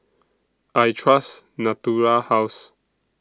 I Trust Natura House